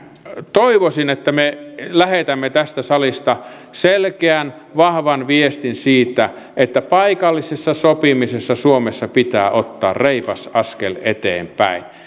toivoisin että me lähetämme tästä salista selkeän vahvan viestin siitä että paikallisessa sopimisessa suomessa pitää ottaa reipas askel eteenpäin